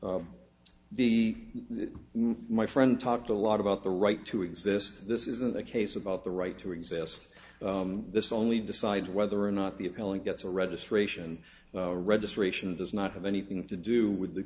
well the my friend talked a lot about the right to exist this isn't a case about the right to exist this only decides whether or not the appellant gets a registration registration it does not have anything to do with the